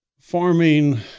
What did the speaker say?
farming